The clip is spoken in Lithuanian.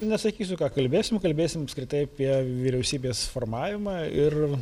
nesakysiu ką kalbėsim kalbėsim apskritai apie vyriausybės formavimą ir